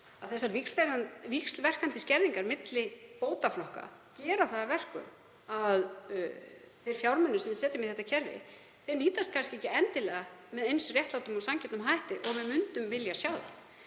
að þessar víxlverkandi skerðingar milli bótaflokka gera það að verkum að þeir fjármunir sem við setjum í þetta kerfi nýtast kannski ekki endilega með eins réttlátum og sanngjörnum hætti og við myndum vilja. Það